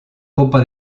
copa